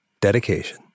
Dedication